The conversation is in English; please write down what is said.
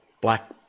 black